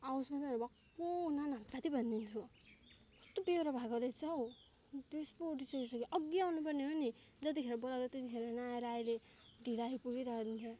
आओस् मात्रै न भक्कु नानाभाँती भनिदिन्छु कस्तो बेहोरा भएको रहेछ हो रिस पो उठि सकिसक्यो अघि आउनु पर्ने हो नि जतिखेर बोलाउँदा त्यतिखेर नआएर आहिले ढिलो आइ पुगिरहन्छ